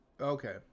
Okay